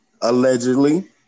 allegedly